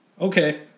okay